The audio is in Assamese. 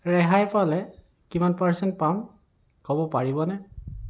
ৰেহাই পালে কিমান পাৰ্চেণ্ট পাম ক'ব পাৰিবনে